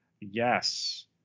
Yes